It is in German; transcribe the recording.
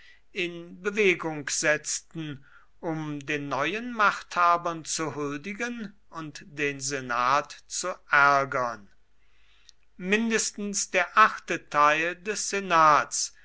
in bewegung setzten um den neuen machthabern zu huldigen und den senat zu ärgern mindestens der achte teil des senats